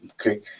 Okay